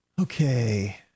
okay